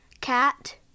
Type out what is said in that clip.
Cat